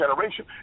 generation